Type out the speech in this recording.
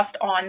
on